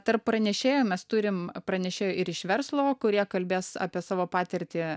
tarp pranešėjų mes turim pranešėjų ir iš verslo kurie kalbės apie savo patirtį